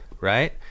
Right